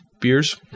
beers